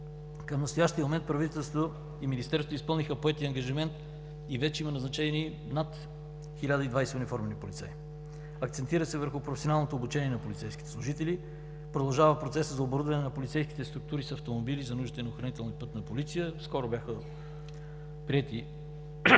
Към настоящия момент правителството и Министерството изпълниха поетия ангажимент и вече има назначени над 1020 униформени полицаи. Акцентира се върху професионалното обучение на полицейските служители. Продължава процесът за оборудване на полицейските структури с автомобили за нуждите на Охранителна и Пътна полиция. Скоро бяха пуснати